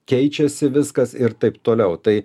keičiasi viskas ir taip toliau tai